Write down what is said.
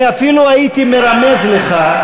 אני אפילו הייתי מרמז לך,